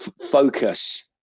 focus